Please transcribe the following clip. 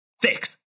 fix